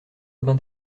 aubin